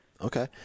Okay